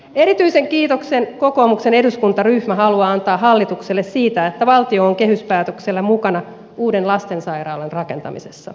erityisen kiitoksen kokoomuksen eduskuntaryhmä haluaa antaa hallitukselle siitä että valtio on kehyspäätöksellä mukana uuden lastensairaalan rakentamisessa